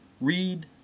Read